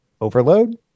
Overload